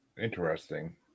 Interesting